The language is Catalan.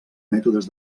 mètodes